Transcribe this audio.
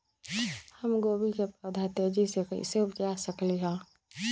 हम गोभी के पौधा तेजी से कैसे उपजा सकली ह?